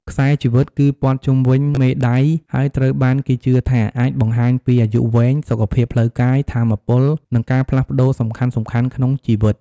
ខ្សែជីវិត គឺព័ទ្ធជុំវិញមេដៃហើយត្រូវបានគេជឿថាអាចបង្ហាញពីអាយុវែង សុខភាពផ្លូវកាយ ថាមពល និងការផ្លាស់ប្តូរសំខាន់ៗក្នុងជីវិត។